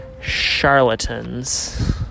charlatans